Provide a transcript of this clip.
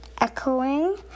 echoing